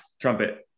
trumpet